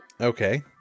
Okay